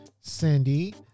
Cindy